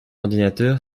ordinateur